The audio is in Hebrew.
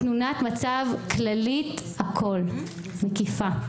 תמונת מצב כלכלית ומקיפה.